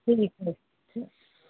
ਠੀਕ ਹੈ ਠੀਕ